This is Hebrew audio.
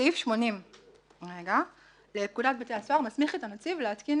סעיף 80 לפקודת בתי הסוהר מסמיך את הנציב להתקין